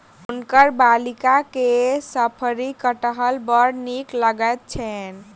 हुनकर बालिका के शफरी कटहर बड़ नीक लगैत छैन